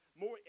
more